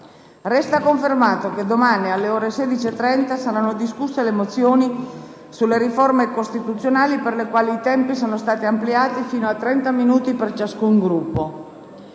Resta confermato che domani, alle ore 16,30, saranno discusse le mozioni sulle riforme costituzionali per le quali i tempi sono stati ampliati fino a 30 minuti per ciascun Gruppo.